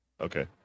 Okay